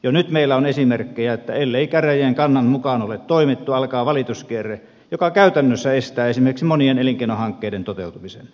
jo nyt meillä on esimerkkejä että ellei käräjien kannan mukaan ole toimittu alkaa valituskierre joka käytännössä estää esimerkiksi monien elinkeinohankkeiden toteutumisen